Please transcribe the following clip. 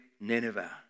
Nineveh